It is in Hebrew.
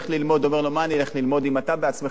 הוא אומר לו: מה אני אלך ללמוד אם אתה בעצמך נלחם על